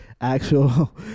actual